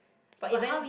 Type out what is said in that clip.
but event